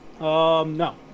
No